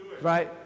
Right